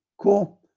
Cool